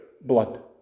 blood